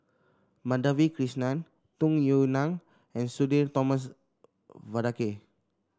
Madhavi Krishnan Tung Yue Nang and Sudhir Thomas Vadaketh